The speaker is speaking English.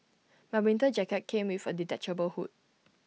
my winter jacket came with A detachable hood